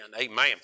Amen